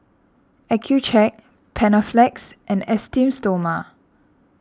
Accucheck Panaflex and Esteem Stoma